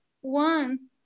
one